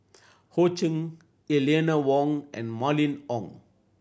Ho Ching Eleanor Wong and Mylene Ong